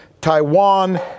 Taiwan